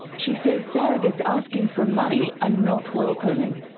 she says surrogates asking for money are not welcome.